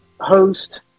host